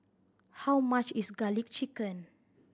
how much is Garlic Chicken